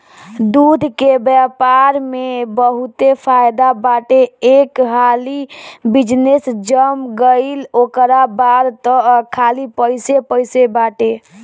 दूध के व्यापार में बहुते फायदा बाटे एक हाली बिजनेस जम गईल ओकरा बाद तअ खाली पइसे पइसे बाटे